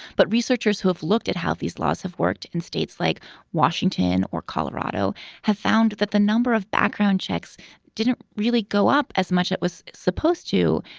but researchers who have looked at how these laws have worked in states like washington or colorado have found that the number of background checks didn't really go up as much it was supposed to